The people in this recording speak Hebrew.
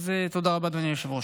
תודה רבה, אדוני היושב-ראש.